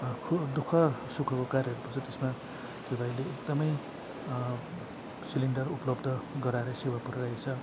खु दु ख सुखको कार्यहरू पर्छ त्यसमा त्यो भाइले एकदमै सिलिन्डर उपलब्ध गराएरै सेवा पुऱ्याइ रहेको छ